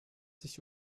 sich